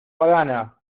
pagana